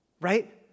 Right